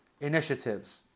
initiatives